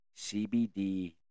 CBD